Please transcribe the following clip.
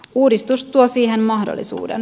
uudistus tuo siihen mahdollisuuden